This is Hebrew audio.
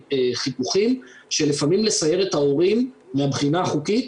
חיכוכים שלפעמים לסיירת ההורים מהבחינה החוקית,